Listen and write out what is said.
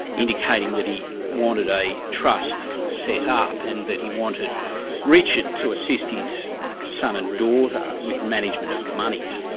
indicating that he wanted a trust set up and that he wanted richard to assist his son and daughter with the management of the monies.